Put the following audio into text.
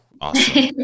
awesome